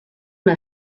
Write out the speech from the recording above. una